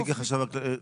נציג החשב הכללי?